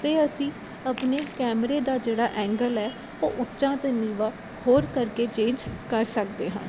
ਅਤੇ ਅਸੀਂ ਆਪਣੇ ਕੈਮਰੇ ਦਾ ਜਿਹੜਾ ਐਂਗਲ ਹੈ ਉਹ ਉੱਚਾ ਅਤੇ ਨੀਵਾਂ ਹੋਰ ਕਰਕੇ ਚੇਂਜ ਕਰ ਸਕਦੇ ਹਾਂ